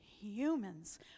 humans